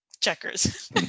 Checkers